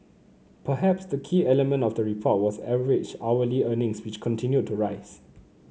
perhaps the key element of the report was average hourly earnings which continued to rise